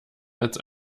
als